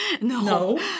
no